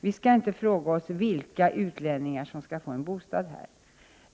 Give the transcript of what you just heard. Vi skallinte fråga oss vilka utlänningar som skall få en bostad här.